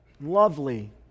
lovely